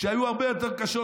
שהיו הרבה יותר קשות,